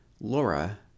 Laura